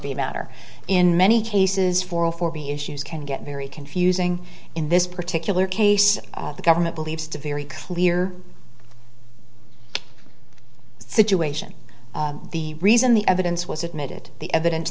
the matter in many cases for a for b issues can get very confusing in this particular case the government believes to very clear situation the reason the evidence was admitted the evidence